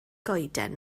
goeden